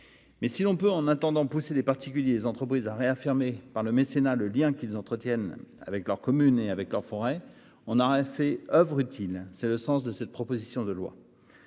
Mais si l'on peut, en attendant, pousser les particuliers et les entreprises à réaffirmer par le mécénat le lien qu'ils entretiennent avec leur commune et avec leur forêt, on aura fait oeuvre utile. C'est le sens de la proposition de loi.